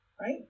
right